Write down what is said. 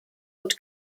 und